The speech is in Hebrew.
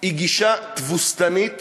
היא גישה תבוסתנית